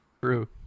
True